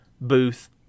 booth